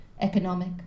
economic